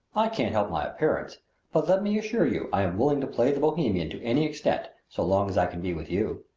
i can't help my appearance but let me assure you i am willing to play the bohemian to any extent so long as i can be with you.